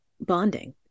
bonding